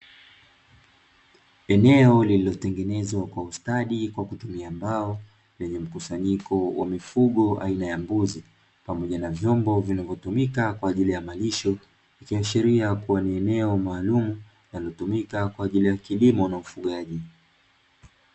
Eneo lililotengenezwa kwa ustadi kwa kutumia mbao lenye mkusanyiko wa mifugo aina ya mbuzi, pamoja na vyombo vinavyotumika kwa ajili ya malisho ikiashiria kua ni eneo maalumu linalotumika kwa ajili ya kilimo na ufugaji.